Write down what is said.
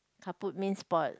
kaput means spoiled